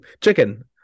chicken